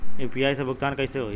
UPI से भुगतान कइसे होहीं?